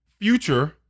Future